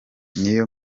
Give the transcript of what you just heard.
niyo